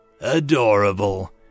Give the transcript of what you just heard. Adorable